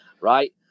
Right